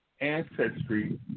ancestry